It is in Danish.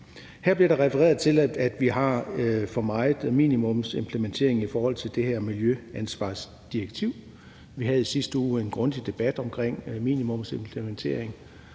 Her bliver der refereret til, at vi har for meget minimumsimplementering i forhold til det her miljøansvarsdirektiv. Vi havde i sidste uge en grundig debat omkring minimumsimplementering,